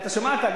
אתה שמעת?